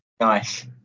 Nice